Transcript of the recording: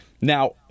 Now